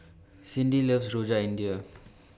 Cindi loves Rojak India